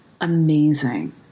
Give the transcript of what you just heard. amazing